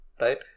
right